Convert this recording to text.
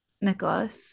nicholas